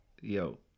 Yo